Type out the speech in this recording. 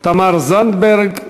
תמר זנדברג.